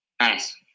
Nice